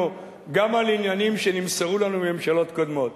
גם על עניינים שנמסרו לנו מממשלות קודמות,